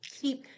Keep